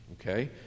Okay